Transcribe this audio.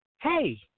Hey